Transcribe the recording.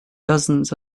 dozens